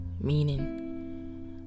Meaning